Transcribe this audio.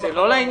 זה לא לעניין.